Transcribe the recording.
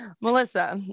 Melissa